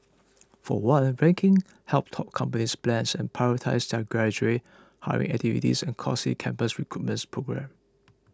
for one rankings help top companies plan and prioritise their graduate hiring activities and costly campus recruitment programmes